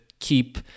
keep